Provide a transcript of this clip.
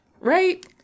right